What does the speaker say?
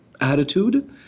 attitude